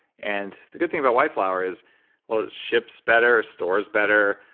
and the good thing about white flour is well, it ships better, stores better,